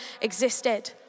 existed